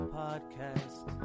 podcast